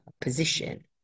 position